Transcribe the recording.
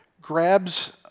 grabs